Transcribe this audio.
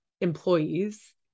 employees